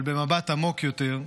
אבל במבט עמוק יותר,